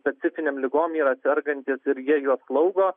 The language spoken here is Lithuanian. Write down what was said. specifinėm ligom yra sergantys ir jie juos slaugo